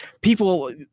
people